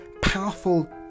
powerful